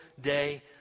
day